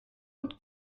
und